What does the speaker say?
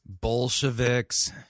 Bolsheviks